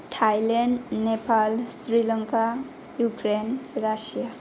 Thailand Nepal Sri Lanka Ukraine Russia